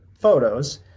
photos